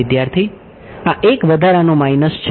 વિદ્યાર્થી આ એક વધારાનું માઇનસ છે